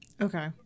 Okay